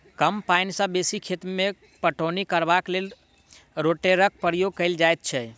कम पाइन सॅ बेसी खेत मे पटौनी करबाक लेल रोटेटरक प्रयोग कयल जाइत छै